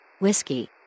Whiskey